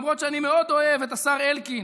ולכן, למרות שאני מאוד אוהב את השר אלקין